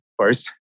first